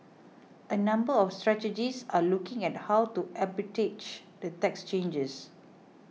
a number of strategists are looking at how to the tax changes